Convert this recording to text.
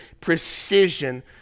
precision